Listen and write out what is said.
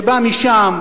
שבא משם,